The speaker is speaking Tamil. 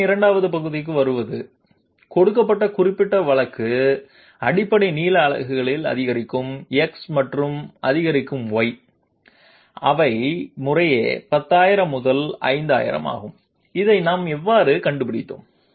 கேள்வியின் 2 வது பகுதிக்கு வருவது கொடுக்கப்பட்ட குறிப்பிட்ட வழக்குக்கு அடிப்படை நீள அலகுகளில் அதிகரிக்கும் x மற்றும் அதிகரிக்கும் y அவை முறையே 10000 மற்றும் 5000 ஆகும் இதை நாம் எவ்வாறு கண்டுபிடித்தோம்